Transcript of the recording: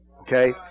okay